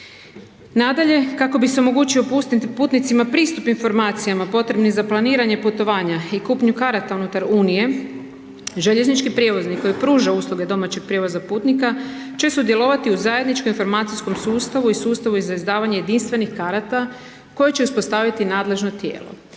Nadalje, kako bi se omogućio putnicima pristup informacijama potrebnih za planiranje putovanja i kupnju karta unutar Unije, željeznički prijevoznik koji pruža usluge domaćeg prijevoza putnika će sudjelovati u zajedničkom informacijskom sustavu i sustavu za izdavanje jedinstvenih karata koje će uspostaviti nadležno tijelo.